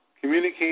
communicate